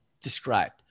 described